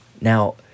Now